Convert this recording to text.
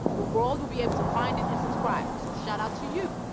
the world will be able to find it and subscribe. so shout out to you.